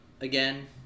again